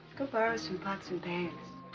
go borrow some pots and pans